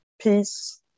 peace